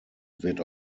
wird